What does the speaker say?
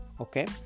okay